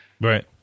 Right